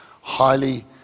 highly